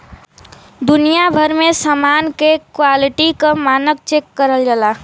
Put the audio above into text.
दुनिया भर में समान के क्वालिटी क मानक चेक करल जाला